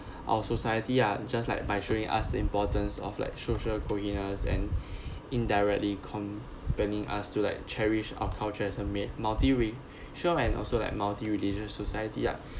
our society ah just like by showing us importance of like social coherence and indirectly compelling us to like cherish our culture as a mat~ multiracial and also like multireligious society ah